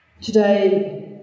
Today